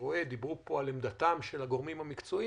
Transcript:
דיברו פה על עמדתם של הגורמים המקצועיים,